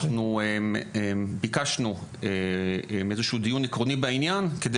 אנחנו ביקשנו איזשהו דיון עקרוני בעניין כדי